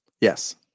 Yes